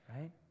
right